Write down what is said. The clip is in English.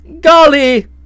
Golly